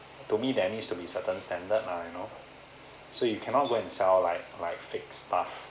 to me there needs to be certain standard lah you know so you cannot go and sell like like fake stuff